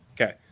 Okay